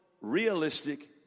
realistic